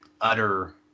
utter